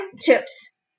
tips